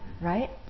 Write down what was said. right